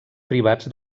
privats